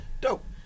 Dope